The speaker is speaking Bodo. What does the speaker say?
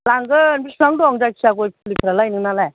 लांगोन बेसेबां दं जायखि जाया गय फुलिफ्रालाय नोंनालाय